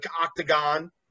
octagon